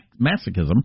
masochism